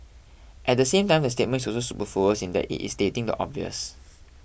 at the same time the statement is also superfluous in that it is stating the obvious